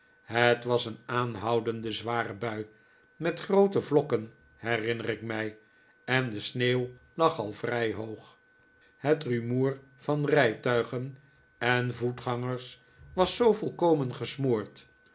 het was een aanhoudende zware bui met groote ylokken herinner ik mij en de sneeuw lag al vrij tioog het rumoer van rijtuigen en voetgangers was zoo volkomen gesmoord